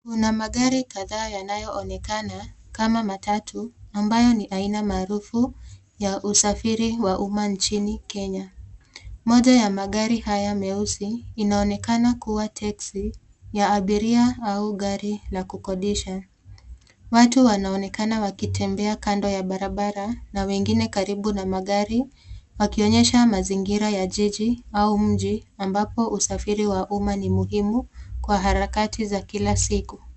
Kuna magari kadhaa yanayoonekana kama ni matatu ambayo ni aina maarufu ya usafiri wa umma nchini Kenya. Moja ya magari haya meusi inaonekana kuwa teksi la abiria au gari la kukodisha. Watu wanaonekana wakitembea kando ya barabara na wengine karibu na magari wakionyesha mazingira ya jiji au mji ambapo usafiri wa umma ni muhimu kwa harakati za kila siku.